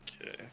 Okay